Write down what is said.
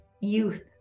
youth